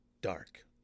dark